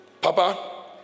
Papa